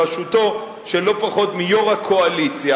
בראשותו של לא פחות מיושב-ראש הקואליציה,